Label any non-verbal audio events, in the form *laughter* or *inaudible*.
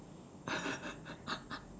*laughs*